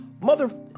Mother